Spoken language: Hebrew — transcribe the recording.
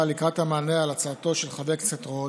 לקראת המענה על הצעתו של חבר הכנסת רול,